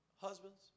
Husbands